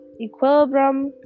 Equilibrium